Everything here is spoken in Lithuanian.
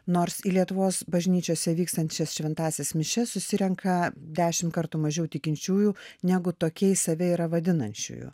nors į lietuvos bažnyčiose vykstančias šventąsias mišias susirenka dešimt kartų mažiau tikinčiųjų negu tokiais save yra vadinančiųjų